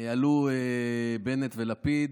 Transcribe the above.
עלו בנט ולפיד